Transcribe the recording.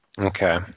Okay